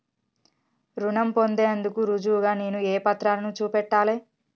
రుణం పొందేందుకు రుజువుగా నేను ఏ పత్రాలను చూపెట్టాలె?